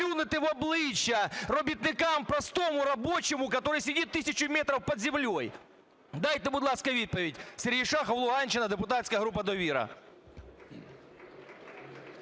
Дайте, будь ласка, відповідь! Сергій Шахов, Луганщина, депутатська група "Довіра".